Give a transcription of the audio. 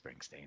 Springsteen